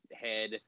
head